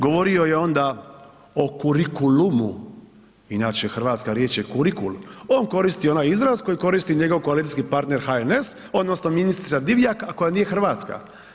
Govorio je onda o kurikulumu, inače hrvatska riječ je kurikul, on koristi onaj izraz koji koristi njegov koalicijski partner HNS odnosno ministrica Divjak, a koja nije hrvatska.